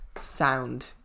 sound